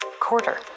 quarter